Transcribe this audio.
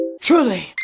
Truly